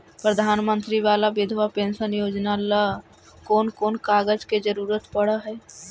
प्रधानमंत्री बाला बिधवा पेंसन योजना ल कोन कोन कागज के जरुरत पड़ है?